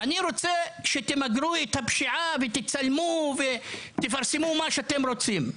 אני רוצה שתמגרו את הפשיעה ותצלמו ותפרסמו מה שאתם רוצים.